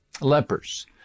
Lepers